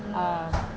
mm